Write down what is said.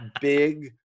big